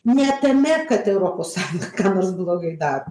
ne tame kad europos sąjunga ką nors blogai daro